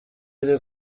iri